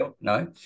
No